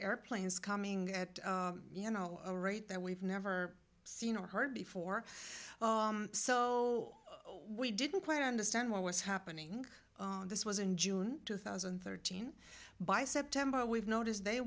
airplanes coming at you know a rate that we've never seen or heard before so we didn't quite understand what was happening and this was in june two thousand and thirteen by september we've noticed they